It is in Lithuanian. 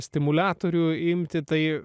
stimuliatorių imti tai